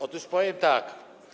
Otóż powiem tak.